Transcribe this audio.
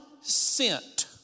sent